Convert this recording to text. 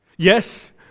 Yes